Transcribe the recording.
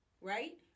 right